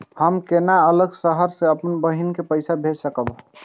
हम केना अलग शहर से अपन बहिन के पैसा भेज सकब?